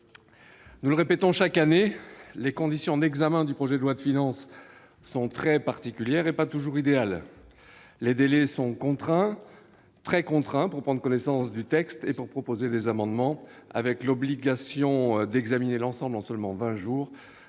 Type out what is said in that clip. Nous le répétons chaque année, les conditions d'examen du projet de loi de finances sont très particulières et ne sont pas toujours idéales. Des délais très contraints pour prendre connaissance du texte et pour proposer des amendements, avec l'obligation d'examiner l'ensemble en seulement vingt jours,